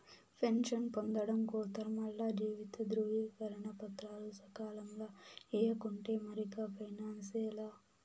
pension పొందడం కోసరం ఆల్ల జీవిత ధృవీకరన పత్రాలు సకాలంల ఇయ్యకుంటే మరిక పెన్సనే లా